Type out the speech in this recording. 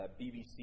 BBC